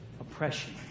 oppression